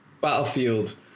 Battlefield